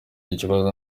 ikibazo